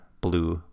blue